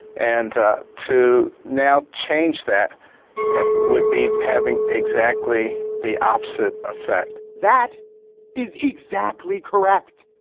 and to now change that would be having exactly the opposite effect that is exactly correct.